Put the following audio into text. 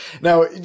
Now